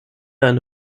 eine